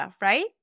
right